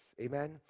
Amen